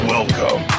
Welcome